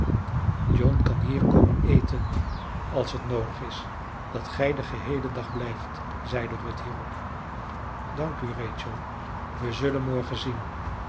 john kan hier komen eten als het noodig is dat gij den geheelen dag blijft zeide ruth hierop dank u rachel we zullen morgen zien